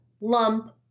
lump